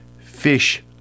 fish